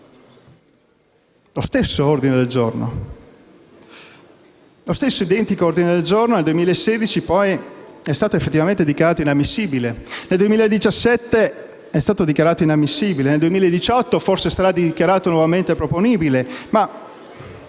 Lo stesso ordine del giorno nel 2016, poi, è stato effettivamente dichiarato inammissibile; nel 2017 è stato dichiarato inammissibile, nel 2018 forse sarà dichiarato nuovamente ammissibile.